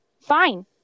fine